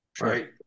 right